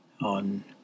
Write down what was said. on